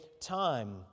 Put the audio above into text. time